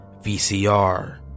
VCR